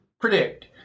predict